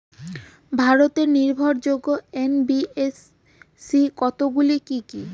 ভারতের নির্ভরযোগ্য এন.বি.এফ.সি কতগুলি কি কি?